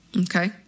Okay